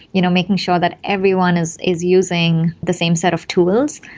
you know making sure that everyone is is using the same set of tools,